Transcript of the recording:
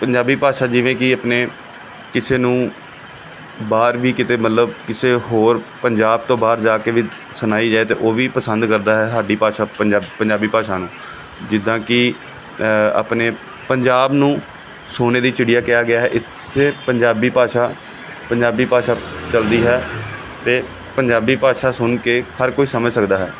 ਪੰਜਾਬੀ ਭਾਸ਼ਾ ਜਿਵੇਂ ਕਿ ਆਪਣੇ ਕਿਸੇ ਨੂੰ ਬਾਹਰ ਵੀ ਕਿਤੇ ਮਤਲਬ ਕਿਸੇ ਹੋਰ ਪੰਜਾਬ ਤੋਂ ਬਾਹਰ ਜਾ ਕੇ ਵੀ ਸੁਣਾਈ ਜਾਵੇ ਅਤੇ ਉਹ ਵੀ ਪਸੰਦ ਕਰਦਾ ਹੈ ਸਾਡੀ ਭਾਸ਼ਾ ਪੰਜਾਅ ਪੰਜਾਬੀ ਭਾਸ਼ਾ ਨੂੰ ਜਿੱਦਾਂ ਕਿ ਆਪਣੇ ਪੰਜਾਬ ਨੂੰ ਸੋਨੇ ਦੀ ਚੀੜੀਆ ਕਿਹਾ ਗਿਆ ਹੈ ਇੱਥੇ ਪੰਜਾਬੀ ਭਾਸ਼ਾ ਪੰਜਾਬੀ ਭਾਸ਼ਾ ਚੱਲਦੀ ਹੈ ਅਤੇ ਪੰਜਾਬੀ ਭਾਸ਼ਾ ਸੁਣ ਕੇ ਹਰ ਕੋਈ ਸਮਝ ਸਕਦਾ ਹੈ